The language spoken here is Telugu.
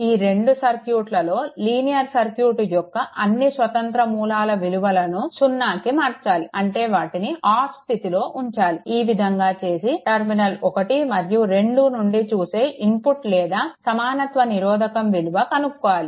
ఈ రెండో సర్క్యూట్లో లీనియర్ సర్క్యూట్ యొక్క అన్నీ స్వతంత్ర మూలాల విలువలను సున్నాకి మార్చాలి అంటే వాటిని ఆఫ్ స్థితిలో ఉంచాలి ఈ విధంగా చేసి టర్మినల్ 1 మరియు 2 నుండి చూసి ఇన్పుట్ లేదా సమానత్వ నిరోధకం విలువను కనుక్కోవాలి